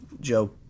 Joe